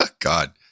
God